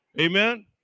Amen